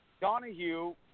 Donahue